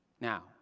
Now